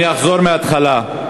אדוני היושב-ראש, אני אחזור מהתחלה.